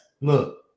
look